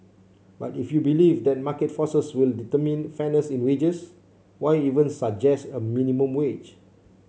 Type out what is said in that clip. but if you believe that market forces would determine fairness in wages why even suggest a minimum wage